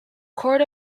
court